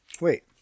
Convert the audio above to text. Wait